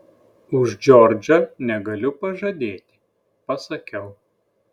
už džordžą negaliu pažadėti pasakiau